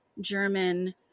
German